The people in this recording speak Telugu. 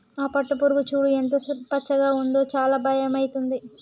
ఆ పట్టుపురుగు చూడు ఎంత పచ్చగా ఉందో చాలా భయమైతుంది